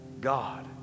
god